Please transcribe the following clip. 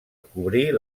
cobrir